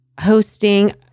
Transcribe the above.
hosting